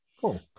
Cool